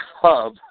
hub